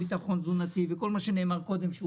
לבין כל מה שנאמר קודם,